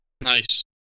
Nice